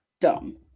dumb